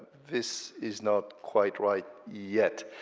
this is not quite right yet.